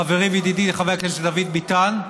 חברי וידידי חבר הכנסת דוד ביטן,